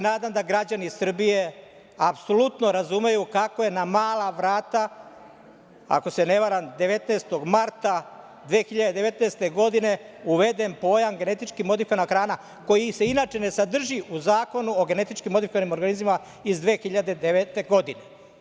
Nadam se da građani Srbije apsolutno razumeju kako je na mala vrata, ako se ne varam, 19. marta 2019. godine uveden pojam – genetički modifikovana hrana koji se inače ne sadrži u Zakonu o GMO iz 2009. godine.